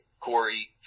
Corey